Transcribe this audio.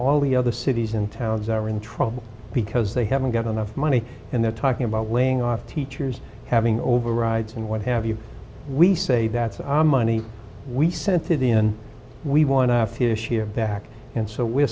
all the other cities and towns are in trouble because they haven't got enough money and they're talking about laying off teachers having overrides and what have you we say that's our money we sent to the end we want to give back and so we're